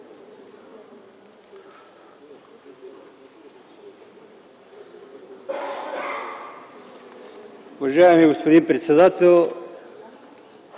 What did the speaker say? Уважаеми господин председател!